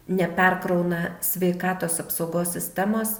neperkrauna sveikatos apsaugos sistemos